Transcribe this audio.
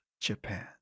Japan